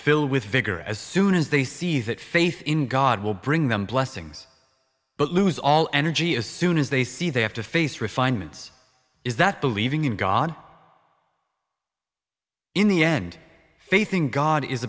fill with vigor as soon as they see that faith in god will bring them blessings but lose all energy as soon as they see they have to face refinements is that believing in god in the end faith in god is